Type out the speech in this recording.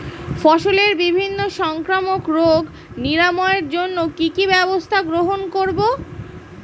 ফসলের বিভিন্ন সংক্রামক রোগ নিরাময়ের জন্য কি কি ব্যবস্থা গ্রহণ করব?